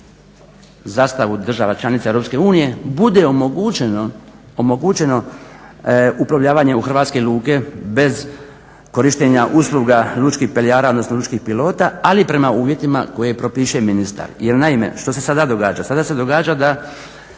zastava država članica EU bude omogućeno uplovljavanje u hrvatske luke bez korištenja usluga lučkih peljara odnosno lučkih pilota ali prema uvjetima koje propiše ministar.